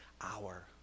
hour